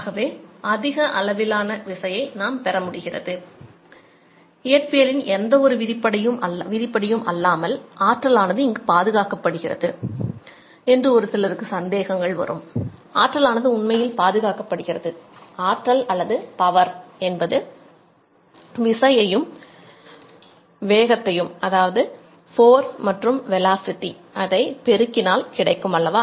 ஆகவே அதிக அளவிலான விசையை பெருக்கினால் கிடைக்கும் அல்லவா